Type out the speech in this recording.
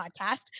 podcast